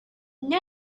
none